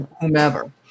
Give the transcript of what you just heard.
whomever